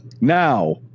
Now